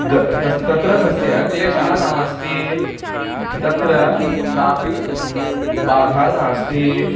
ग तस् तत्र तस्य क्लेशः नास्ति तत्र कापि बाधा नास्ति